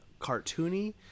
cartoony